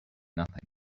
nothing